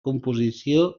composició